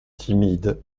timide